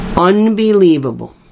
Unbelievable